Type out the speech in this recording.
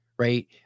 Right